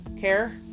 care